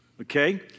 Okay